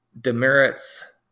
demerits